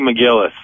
McGillis